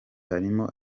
harimo